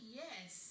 yes